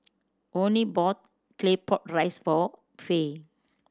Onie bought Claypot Rice for Fay